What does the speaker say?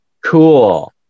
Cool